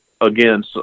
again